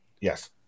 Yes